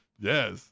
Yes